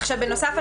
בנוסף,